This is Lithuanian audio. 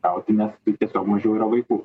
gauti nes tai tiesiog mažiau yra vaikų